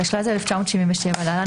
התשל"ז 1977 (להלן,